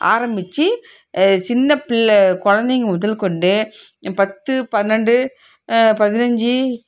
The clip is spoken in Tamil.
ஆரம்பித்து சின்னப்பிள்ளை கொழந்தைங்க முதற்கொண்டு பத்து பன்னெண்டு பதினைஞ்சு